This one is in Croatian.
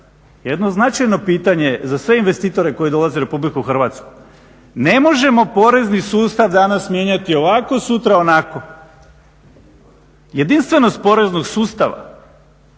Jedno značajno pitanje za sve investitore u Republiku Hrvatsku. Ne možemo porezni sustav danas mijenjati ovako, sutra onako. Jedinstvenost poreznog sustava,